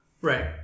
Right